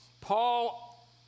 Paul